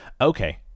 Okay